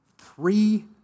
three